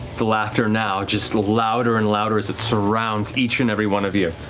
the laughter now just louder and louder as it surrounds each and every one of you.